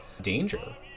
danger